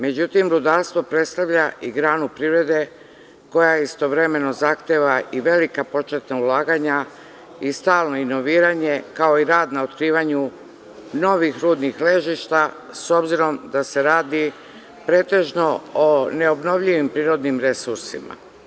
Međutim, rudarstvo predstavlja i granu privrede koja istovremeno zahteva i velika početna ulaganja i stalno inoviranje, kao i rad na otkrivanju novih rudnih ležišta, s obzirom da se radi o neobnovljivim prirodnim resursima.